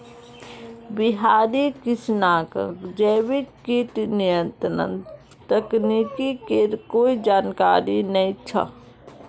बिहारी किसानक जैविक कीट नियंत्रण तकनीकेर कोई जानकारी नइ छ